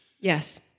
Yes